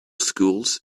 schools